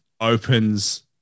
opens